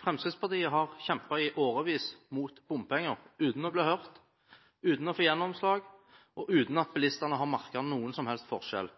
Fremskrittspartiet har i årevis kjempet mot bompenger uten å blir hørt, uten å få gjennomslag og uten at bilistene har merket noen som helst forskjell.